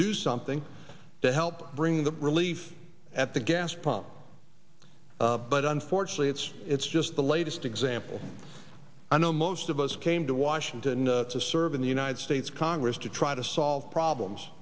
do something to help bring the relief at the gas pump but unfortunately it's it's just the latest example i know most of us came to washington to serve in the united states congress to try to solve problems